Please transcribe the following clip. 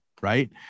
right